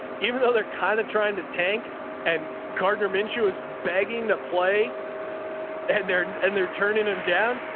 even though they're kind of trying to tank and gardner minshew is begging to play and they're, and and they're turning them down,